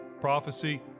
prophecy